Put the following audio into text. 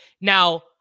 now